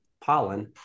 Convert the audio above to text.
pollen